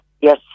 Yes